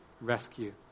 rescue